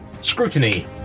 Scrutiny